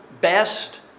best